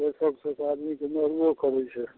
सेरसों से गाड़ी बेमारियो करै छै